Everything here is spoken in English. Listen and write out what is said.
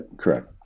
correct